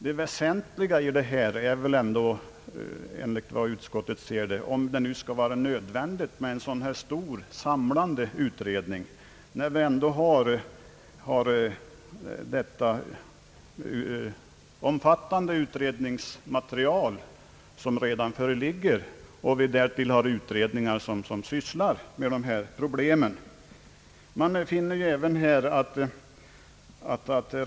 Det väsentliga i detta ärende är väl ändå såsom utskottet ser det frågan om det över huvud taget skall vara nödvändigt med en sådan här stor och sam lande utredning, när vi ändå har det omfattande material som redan föreligger och därtill utredningar, som sysslar med just dessa problem.